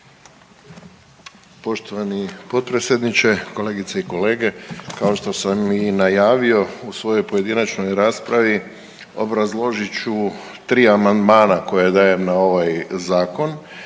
Poštovani potpredsjedniče, kolegice i kolege kao što sam i najavio u svojoj pojedinačnoj raspravi obrazložit ću tri amandmana koja dajem na ovaj zakon